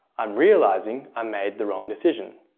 i'm realising i made the wrong decision.